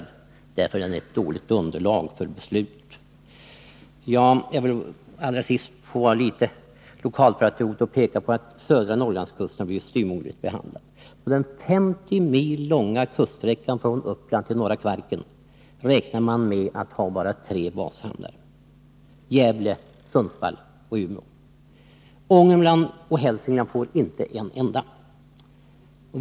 Det är därför den är ett dåligt underlag för ett beslut. Låt mig till sist få vara litet lokalpatriotisk och peka på att södra Norrlandskusten har blivit styvmoderligt behandlad. På den 50 mil långa kuststräckan från Uppland till Norra Kvarken räknar man med att ha bara tre bashamnar, nämligen Gävle, Sundsvall och Umeå. Ångermanland och Hälsingland får inte en enda bashamn.